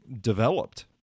developed